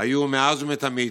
היה מאז ומתמיד.